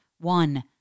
one